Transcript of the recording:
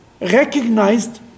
recognized